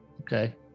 Okay